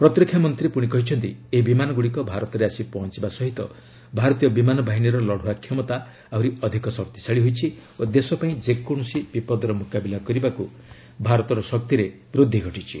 ପ୍ରତିରକ୍ଷା ମନ୍ତ୍ରୀ କହିଛନ୍ତି ଏହି ବିମାନଗୁଡ଼ିକ ଭାରତରେ ଆସି ପହଞ୍ଚିବା ସହିତ ଭାରତୀୟ ବିମାନ ବାହିନୀର ଲଢୁଆ କ୍ଷମତା ଆହୁରି ଅଧିକ ଶକ୍ତିଶାଳୀ ହୋଇଛି ଓ ଦେଶ ପାଇଁ ଯେକୌଣସି ବିପଦର ମୁକାବିଲା କରିବାକୁ ଭାରତର ଶକ୍ତିରେ ବୃଦ୍ଧି ଘଟିଛି